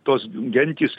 tos gentys